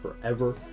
forever